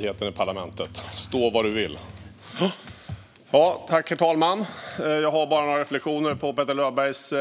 Herr talman! Jag har bara några reflektioner med anledning av Petter Löbergs